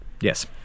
Yes